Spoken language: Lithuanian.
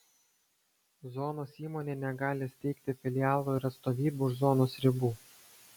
zonos įmonė negali steigti filialų ir atstovybių už zonos ribų